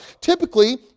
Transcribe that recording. Typically